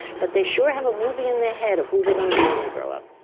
but they sure have a movie in their head of who they're going to be when they grow up.